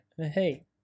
hey